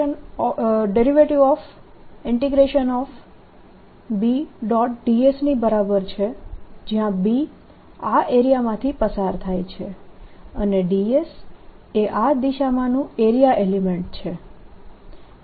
dS ની બરાબર છે જ્યાં B આ એરિયામાંથી પસાર થાય છે અને dS એ આ દિશામાંનું એરિયા એલિમેંટ છે